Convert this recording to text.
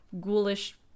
ghoulish